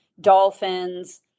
dolphins